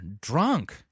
drunk